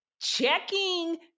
checking